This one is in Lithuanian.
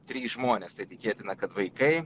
trys žmonės tai tikėtina kad vaikai